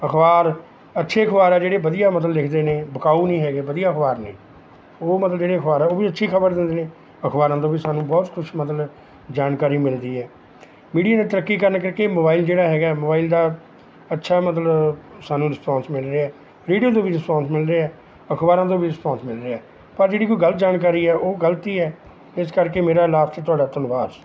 ਅਖਬਾਰ ਅੱਛੇ ਅਖਬਾਰ ਆ ਜਿਹੜੇ ਵਧੀਆ ਮਤਲਬ ਲਿਖਦੇ ਨੇ ਵਿਕਾਊ ਨਹੀਂ ਹੈਗੇ ਵਧੀਆ ਅਖਬਾਰ ਨੇ ਉਹ ਮਤਲਬ ਜਿਹੜੇ ਅਖਬਾਰ ਉਹ ਵੀ ਅੱਛੀ ਖਬਰ ਦਿੰਦੇ ਨੇ ਅਖਬਾਰਾਂ ਤੋਂ ਵੀ ਸਾਨੂੰ ਬਹੁਤ ਕੁਝ ਮਤਲਬ ਜਾਣਕਾਰੀ ਮਿਲਦੀ ਹੈ ਮੀਡੀਆ ਨੇ ਤਰੱਕੀ ਕਰਨ ਕਰਕੇ ਮੋਬਾਈਲ ਜਿਹੜਾ ਹੈਗਾ ਮੋਬਾਈਲ ਦਾ ਅੱਛਾ ਮਤਲਬ ਸਾਨੂੰ ਰਿਸਪਾਂਸ ਮਿਲ ਰਿਹਾ ਵੀਡੀਓ ਤੋਂ ਵੀ ਰਿਸਪਾਂਸ ਮਿਲ ਰਿਹਾ ਅਖਬਾਰਾਂ ਤੋਂ ਵੀ ਰਿਸਪਾਂਸ ਮਿਲ ਰਿਹਾ ਪਰ ਜਿਹੜੀ ਕੋਈ ਗਲਤ ਜਾਣਕਾਰੀ ਹੈ ਉਹ ਗਲਤ ਹੀ ਹੈ ਇਸ ਕਰਕੇ ਮੇਰਾ ਲਾਸਟ ਤੁਹਾਡਾ ਧੰਨਵਾਦ